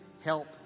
help